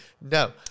No